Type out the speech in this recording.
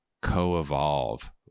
co-evolve